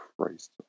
Christ